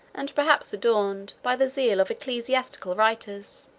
and perhaps adorned, by the zeal of ecclesiastical writers.